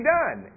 done